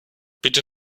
bitte